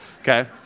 okay